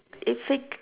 a fake